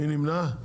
מי נמנע?